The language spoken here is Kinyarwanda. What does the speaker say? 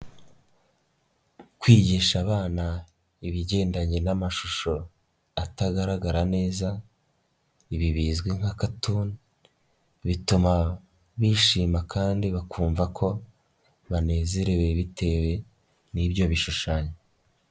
Kwigisha abana ibigendanye n'amashusho atagaragara neza, ibi bizwi nka katuni, bituma bishima kandi bakumva ko banezerewe bitewe n'ibyo bishushanyo.